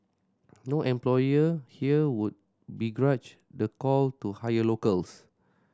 no employer here would begrudge the call to hire locals